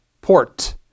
port